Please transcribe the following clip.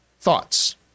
thoughts